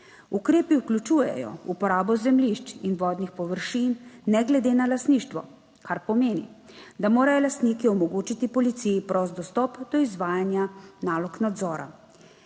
Ukrepi vključujejo uporabo zemljišč in vodnih površin ne glede na lastništvo, kar pomeni, da morajo lastniki omogočiti policiji prost dostop do izvajanja nalog nadzora.